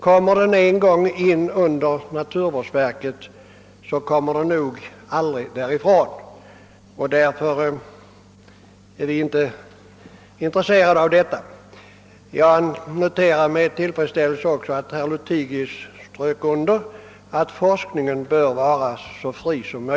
Kommer den nämligen en gång in under naturvårdsverket, kommer den nog aldrig därifrån. Därför är vi inte intresserade av detta förslag. Jag noterar också med tillfredsställelse att herr Lothigius betonade att forskningen bör vara fri.